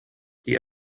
die